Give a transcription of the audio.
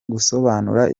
gusobanura